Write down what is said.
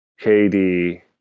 KD